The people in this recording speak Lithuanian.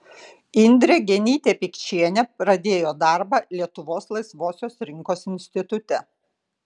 indrė genytė pikčienė pradėjo darbą lietuvos laisvosios rinkos institute